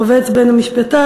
רֹבץ בין המשפתים,